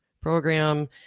program